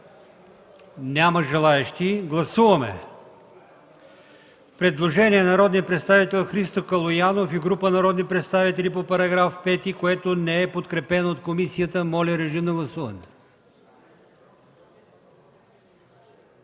Няма желаещи. Гласуваме предложението на народния представител Христо Калоянов и група народни представители по § 9, което не е подкрепено от комисията. Моля, режим на гласуване.